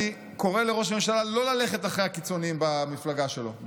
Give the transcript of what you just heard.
אני קורא לראש ממשלה לא ללכת אחרי הקיצוניים במפלגה שלו,